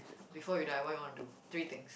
before you die what you want to do three thing